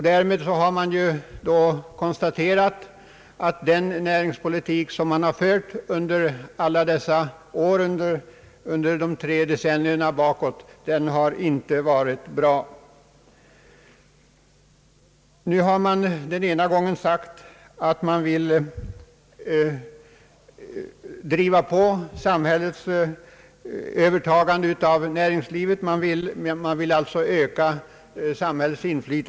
Därmed konstaterar man, tycker jag, att den näringspolitik som man från socialdemokraternas sida nu fört under tre decennier inte varit bra. Man säger t.ex. att man vill driva på samhällets övertagande av näringslivet på olika områden.